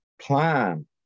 plan